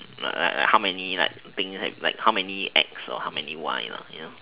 like like how many like things like how many x or like how many y you know